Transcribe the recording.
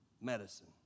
medicine